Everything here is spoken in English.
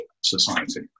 society